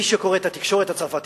מי שקורא את התקשורת הצרפתית,